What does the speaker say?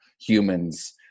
humans